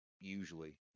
usually